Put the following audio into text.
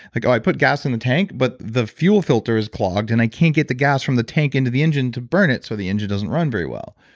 like i put gas in the tank, but the fuel filter is clogged, and i can't get the gas from the tank into the engine to burn it. so the engine doesn't run very well.